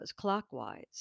clockwise